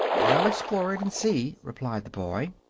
i'll explore it and see, replied the boy.